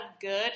good